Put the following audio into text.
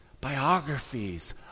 biographies